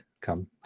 come